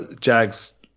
Jags